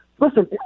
Listen